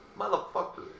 Motherfucker